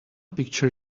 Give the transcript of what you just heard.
picture